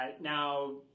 Now